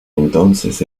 entonces